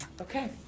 okay